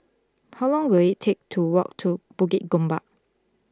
how long will it take to walk to Bukit Gombak